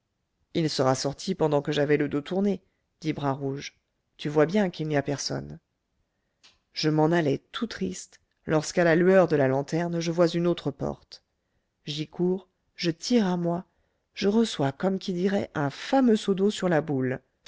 il sera sorti pendant que j'avais le dos tourné dit bras rouge tu vois bien qu'il n'y a personne je m'en allais tout triste lorsqu'à la lueur de la lanterne je vois une autre porte j'y cours je tire à moi je reçois comme qui dirait un fameux seau d'eau sur la boule